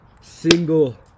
single